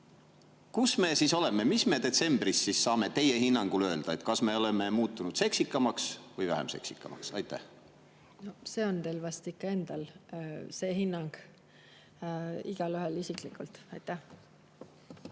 kus me siis oleme? Mis me detsembris saame teie hinnangul öelda – kas me oleme muutunud seksikamaks või vähem seksikamaks? See on teil vast ikka endal see hinnang, igaühel isiklikult. See